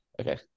okay